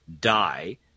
die